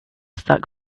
stuck